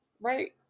right